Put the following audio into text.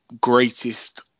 greatest